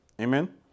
Amen